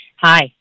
Hi